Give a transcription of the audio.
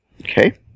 okay